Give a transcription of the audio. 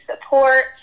support